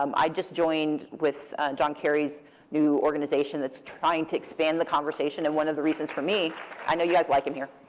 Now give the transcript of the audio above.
um i just joined with john kerry's new organization that's trying to expand the conversation. and one of the reasons for me i know guys like him here.